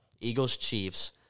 Eagles-Chiefs